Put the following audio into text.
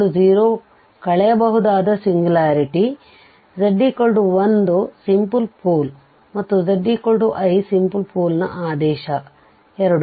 z0 ಕಳೆಯಬಹುದಾದ singularity z 1 simple pole ಮತ್ತು z i simple pole ನ ಆದೇಶ 2